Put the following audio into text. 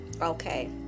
okay